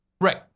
Right